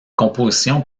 composition